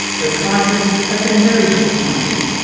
where prices have been very disappointing.